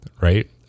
right